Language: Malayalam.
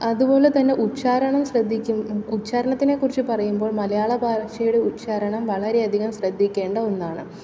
അതുപോലെതന്നെ ഉച്ചാരണം ശ്രദ്ധിക്കും ഉച്ചാരണത്തിനെ കുറിച്ച് പറയുമ്പോൾ മലയാളഭാഷയുടെ ഉച്ചാരണം വളരെയധികം ശ്രദ്ധിക്കേണ്ട ഒന്നാണ്